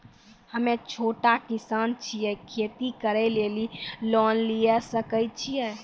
हम्मे छोटा किसान छियै, खेती करे लेली लोन लिये सकय छियै?